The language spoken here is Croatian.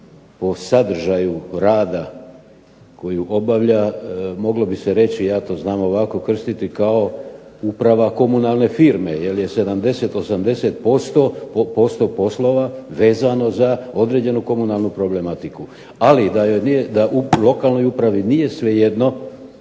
po sadržaju rada koju obavlja, moglo bi se reći ja to znam ovako krstiti kao uprava komunalne firme jel je 70, 80% poslova vezano za određenu komunalnu problematiku. Ali da u lokalnoj upravi nije svejedno